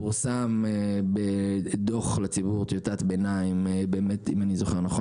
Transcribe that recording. פורסם דו"ח לציבור טיוטת ביניים בנובמבר.